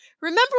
Remember